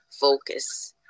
focus